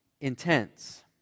intense